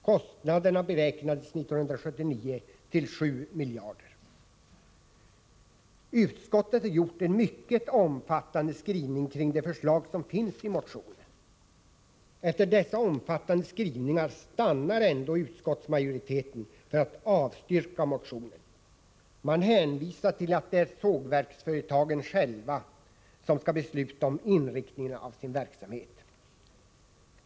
Kostnaderna beräknades 1979 till 7 miljarder. Utskottet har gjort en mycket omfattande skrivning kring de förslag som finns i motionen. Efter dessa omfattande skrivningar stannar ändå utskottsmajoriteten för att avstyrka motionen. Man hänvisar till att det är sågverksföretagen själva som skall besluta om inriktningen av sin verksamhet.